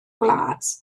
gwlad